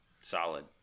solid